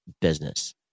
business